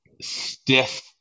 stiff